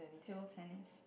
table tennis